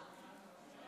כבוד היושב-ראש, כבוד השר,